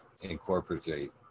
incorporate